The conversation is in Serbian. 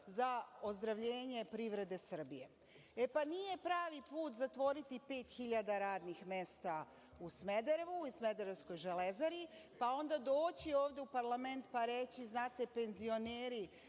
za ozdravljenje privrede Srbije. E, pa nije pravi put zatvoriti 5.000 radnih mesta u Smederevu i smederevskoj železari, pa onda doći ovde u parlament pa reći – znate, penzioneri